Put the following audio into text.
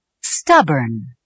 Stubborn